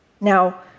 Now